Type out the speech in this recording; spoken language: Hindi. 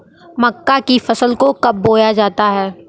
मक्का की फसल को कब बोया जाता है?